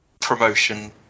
promotion